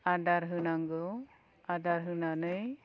आदार होनांगौ आदार होनानै